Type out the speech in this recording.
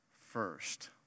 first